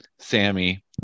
Sammy